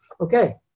Okay